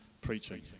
preaching